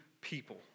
people